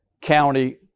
county